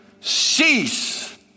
cease